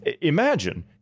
Imagine